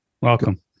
Welcome